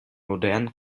modernen